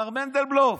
מר מנדלבלוף,